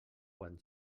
quan